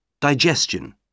Digestion